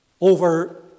over